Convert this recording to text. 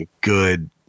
good